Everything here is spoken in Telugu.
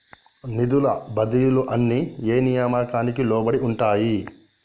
నిధుల బదిలీలు అన్ని ఏ నియామకానికి లోబడి ఉంటాయి?